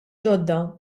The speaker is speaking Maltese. ġodda